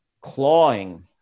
clawing